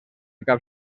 cap